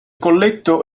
colletto